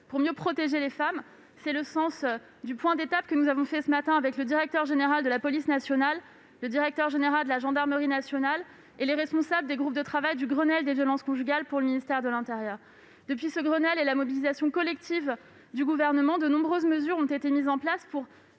pour mieux protéger les femmes. C'est le sens du point d'étape que nous avons fait ce matin avec le directeur général de la police nationale, le directeur général de la gendarmerie nationale et les responsables des groupes de travail du Grenelle des violences conjugales pour le ministère de l'intérieur. Depuis ce Grenelle et la mobilisation collective du Gouvernement, de nombreuses mesures ont été mises en place pour